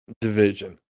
division